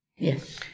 Yes